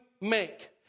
make